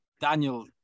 Daniel